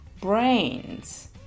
brains